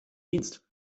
dienst